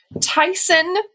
Tyson